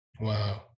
Wow